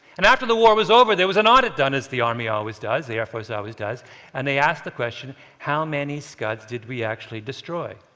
and after the war was over, there was an audit done as the army always does, the air force ah always does and they asked the question how many scuds did we actually destroy?